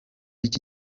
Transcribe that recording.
iki